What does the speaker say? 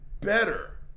better